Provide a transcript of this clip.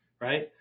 right